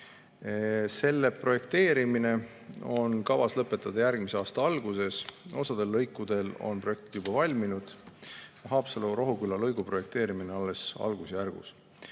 Selle projekteerimine on kavas lõpetada järgmise aasta alguses. Osa lõikude kohta on projekt juba valminud. Haapsalu–Rohuküla lõigu projekteerimine on alles algusjärgus.